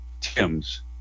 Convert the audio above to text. Tim's